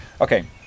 okay